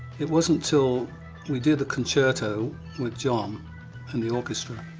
it wasn't until we did the concerto with jon and the orchestra,